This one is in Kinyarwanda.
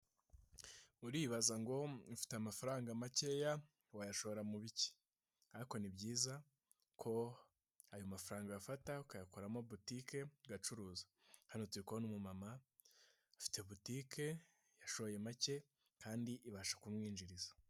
Uribaza ngo ufite amafaranga makeya wayashora mu biki? ariko ni byiza ko ayo mafaranga wayafata ukayakoramo boutique ugacuruza, hano turi kubona umu mama afite boutique yashoye make kandi ibasha kumwinjiriza.